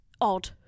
odd